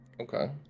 okay